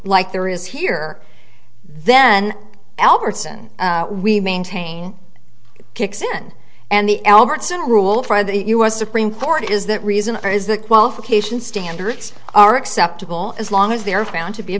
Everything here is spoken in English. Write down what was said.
like there is here then albertson we maintain kicks in and the albertson rule for the u s supreme court is that reason there is the qualification standards are acceptable as long as they are found to be